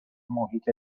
محیط